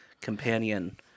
companion